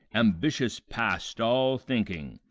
ambitious past all thinking,